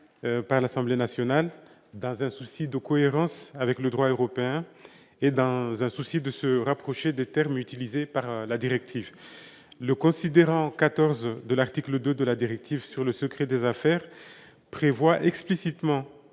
par l'Assemblée nationale, dans un souci de cohérence avec le droit européen et de rapprochement des termes utilisés dans la directive. Le considérant 14 de l'article 2 de la directive sur le secret des affaires prévoit explicitement